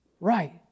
right